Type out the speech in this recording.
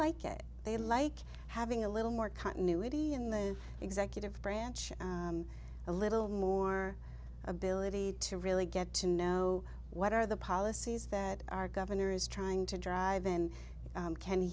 like it they like having a little more continuity in the executive branch a little more ability to really get to know what are the policies that our governor is trying to drive and